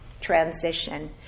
transition